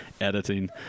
editing